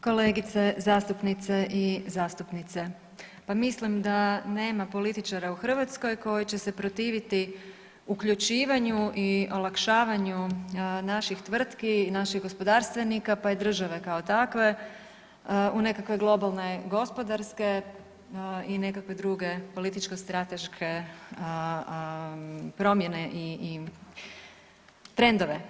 Kolegice zastupnice i zastupnici, pa mislim da nema političara u Hrvatskoj koji će se protiviti uključivanju i olakšavanju naših tvrtki i naših gospodarstvenika pa i države kao takve u nekakve globalne gospodarske i nekakve druge političko strateške promjene i trendove.